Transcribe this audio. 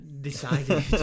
decided